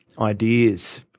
ideas